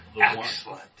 Excellent